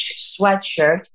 sweatshirt